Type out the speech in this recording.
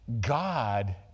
God